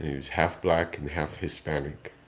was half black and half hispanic.